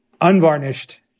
unvarnished